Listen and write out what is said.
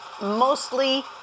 mostly